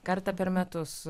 kartą per metus